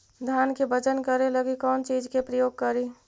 धान के बजन करे लगी कौन चिज के प्रयोग करि?